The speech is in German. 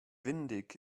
windig